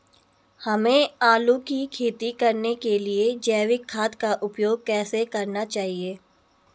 हमें आलू की खेती करने के लिए जैविक खाद का उपयोग कैसे करना चाहिए?